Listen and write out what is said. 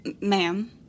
Ma'am